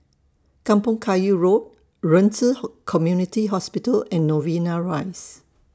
Kampong Kayu Road Ren Ci Hall Community Hospital and Novena Rise